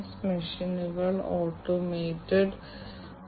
അതിനാൽ ഈ വ്യത്യസ്ത മെഷീനുകൾ വ്യത്യസ്ത സ്ഥലങ്ങൾ തമ്മിലുള്ള ഈ കണക്റ്റിവിറ്റി കാരണം